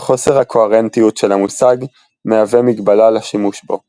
חוסר הקוהרנטיות של המושג מהווה מגבלה לשימוש בו.